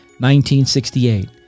1968